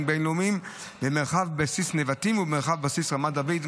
בין-לאומיים במרחב בסיס נבטים ובמרחב בסיס רמת דוד.